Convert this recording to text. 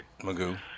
Magoo